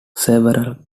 several